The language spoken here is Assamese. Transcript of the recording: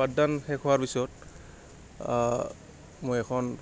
পাঠদান শেষ হোৱাৰ পিছত মই এখন